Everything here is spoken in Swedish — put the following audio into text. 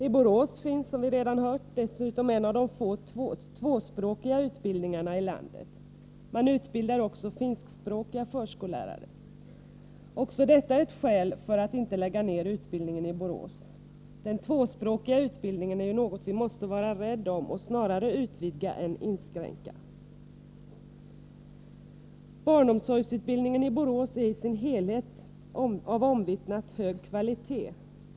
I Borås finns, som vi redan hört, dessutom en av de få tvåspråkiga utbildningarna i landet — man utbildar också finskspråkiga förskollärare. Också detta är ett skäl för att inte lägga ned utbildningen i Borås. Den tvåspråkiga utbildningen är ju något vi måste vara rädda om och snarare utvidga än inskränka. Barnomsorgsutbildningen i Borås är i sin helhet av omvittnat hög kvalitet.